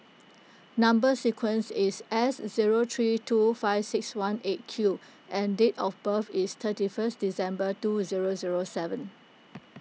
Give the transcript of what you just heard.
Number Sequence is S zero three two five six one eight Q and date of birth is thirty first December two zero zero seven